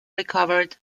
recovered